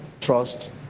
trust